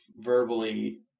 verbally